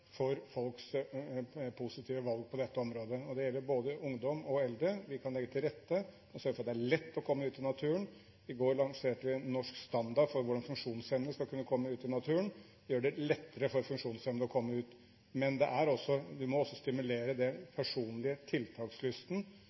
for folks positive valg på dette området. Det gjelder både ungdom og eldre. Vi kan legge til rette og sørge for at det er lett å komme ut i naturen. I går lanserte vi Norsk Standard – hvordan funksjonshemmede skal kunne komme ut i naturen, gjøre det lettere for dem å komme ut. Men vi må også stimulere det personlige – tiltakslysten